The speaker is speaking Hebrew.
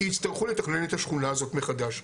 כי יצטרכו לתכנן את השכונה הזאת מחדש.